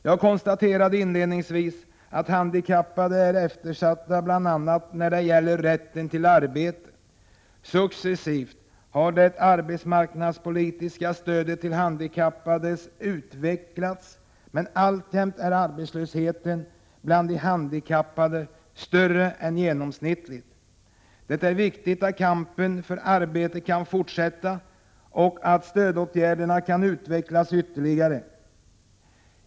—- Jag konstaterade inledningsvis att handikappade är eftersatta bl.a. när det gäller rätten till arbete. Successivt har det arbetsmarknadspolitiska stödet till handikappade utvecklats, men alltjämt är arbetslösheten bland handikappade större än genomsnittligt. Det är viktigt att kampen för arbete kan fortsätta och att stödåtgärderna kan utvecklas ytterligare.